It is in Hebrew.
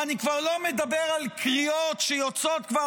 ואני כבר לא מדבר על קריאות שיוצאות כבר